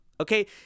okay